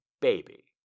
Baby